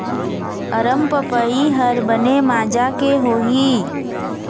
अरमपपई हर बने माजा के होही?